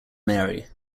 mary